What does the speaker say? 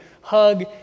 hug